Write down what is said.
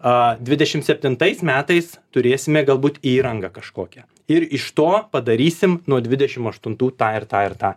o dvidešimt septintais metais turėsime galbūt įrangą kažkokią ir iš to padarysim nuo dvidešimt aštuntų tą ir tą ir tą